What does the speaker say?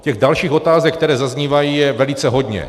Těch dalších otázek, které zaznívají, je velice hodně.